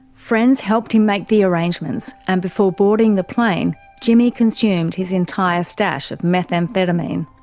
friends helped him make the arrangements and before boarding the plane, jimmy consumed his entire stash of methamphetamine.